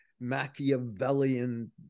machiavellian